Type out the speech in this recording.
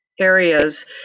areas